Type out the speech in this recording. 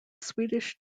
swedish